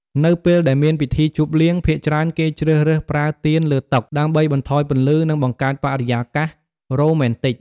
នៅពេលដែលមានពិធីជប់លៀង ភាគច្រើនគេជ្រើសរើសប្រើទៀនលើតុ ដើម្បីបន្ថយពន្លឺ និងបង្កើតបរិយាកាសរ៉ូមែនទិច។